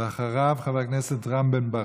ואחריו, חבר הכנסת רם בן-ברק.